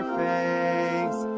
face